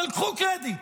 קחו קרדיט,